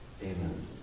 Amen